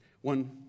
One